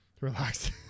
relax